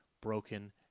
broken